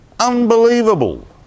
Unbelievable